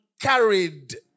carried